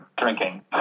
drinking